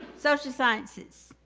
social sciences.